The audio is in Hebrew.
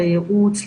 לייעוץ,